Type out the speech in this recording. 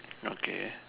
okay